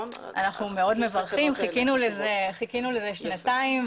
אנחנו מאוד מברכים, חיכינו לזה שנתיים.